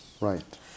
Right